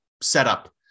setup